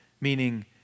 meaning